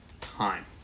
time